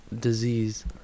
disease